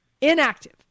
inactive